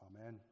Amen